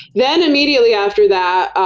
then immediately after that,